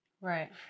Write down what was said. Right